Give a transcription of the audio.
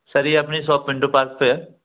sir ये अपनी shop Pintu park पर है